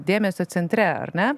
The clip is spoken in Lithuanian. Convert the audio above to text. dėmesio centre ar ne